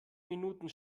minuten